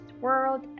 world